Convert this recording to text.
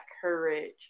courage